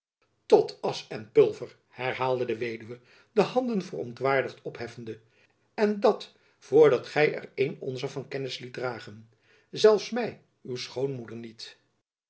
tot asch en pulver herhaalde de weduwe de handen verontwaardigd opheffende en dat voor dat gy er een onzer van kennis liet dragen zelfs my uw schoonmoeder niet